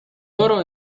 oro